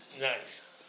Nice